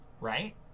right